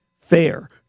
fair